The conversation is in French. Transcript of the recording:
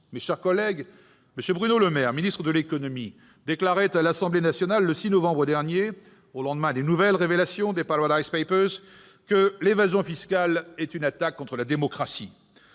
Mes chers collègues, M. Bruno Le Maire, ministre de l'économie et des finances, déclarait à l'Assemblée nationale le 6 novembre dernier, au lendemain des nouvelles révélations des « Paradise papers » que « l'évasion fiscale est une attaque contre la démocratie